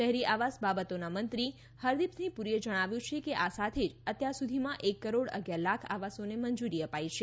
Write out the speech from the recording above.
શહેરી આવાસ બાબતોનાં મંત્રી હરદીપસિંહ પુરીએ જણાવ્યું છે કે આ સાથે જ અત્યારસુધીમાં એક કરોડ અગિયાર લાખ આવાસોને મંજૂરી અપાઈ છે